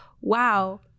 wow